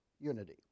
unity